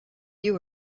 you